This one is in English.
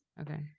Okay